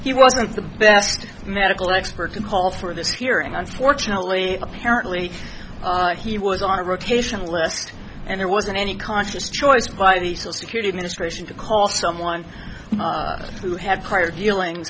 he wasn't the best medical expert can call for this hearing unfortunately apparently he was on a rotation list and there wasn't any conscious choice by the so security administration to call someone who had prior dealing